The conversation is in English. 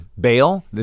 bail